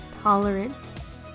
tolerance